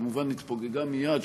שכמובן התפוגגה מייד,